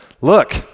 look